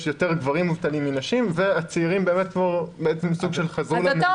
יש יותר גברים מובטלים מנשים והצעירים באמת סוג של חזרו לממוצע.